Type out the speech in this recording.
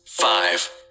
Five